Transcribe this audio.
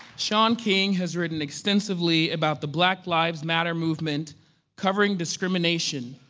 shaun king has written extensively about the black lives matter movement covering discrimination,